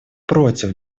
против